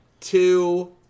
Two